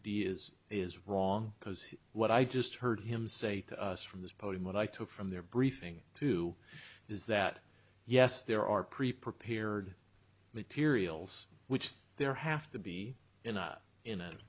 d is is wrong because what i just heard him say to us from this podium what i took from their briefing to is that yes there are pre prepared materials which there have to be enough in a